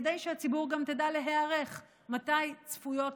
כדי שהציבור גם תדע להיערך מתי צפויות